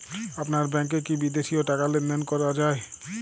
আপনার ব্যাংকে কী বিদেশিও টাকা লেনদেন করা যায়?